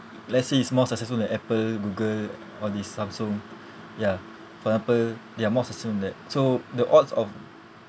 let's say it's more successful than apple google all this samsung ya for ~xample they are more successful in that so the odds of